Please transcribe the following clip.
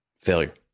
failure